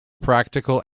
practical